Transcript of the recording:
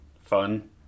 fun